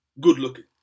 good-looking